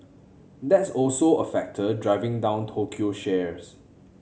that's also a factor driving down Tokyo shares